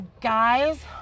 guys